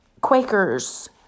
Quakers